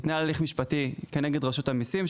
התנהל הליך משפטי כנגד רשות המסים,